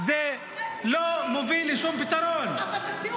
אז תציעו